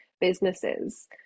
businesses